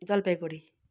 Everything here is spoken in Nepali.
जलपाइगुडी